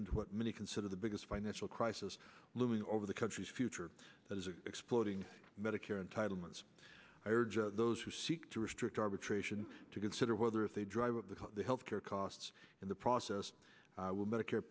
and what many consider the biggest financial crisis looming over the country's future that is exploding medicare entitlement those who seek to restrict arbitration to consider whether if they drive a health care costs in the process will medicare